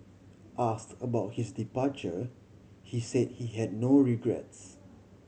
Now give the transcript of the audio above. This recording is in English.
ask about his departure he said he had no regrets